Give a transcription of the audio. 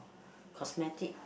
cosmetic